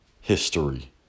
history